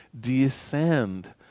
descend